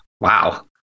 Wow